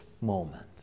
moment